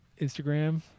Instagram